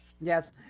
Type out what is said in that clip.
yes